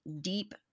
deep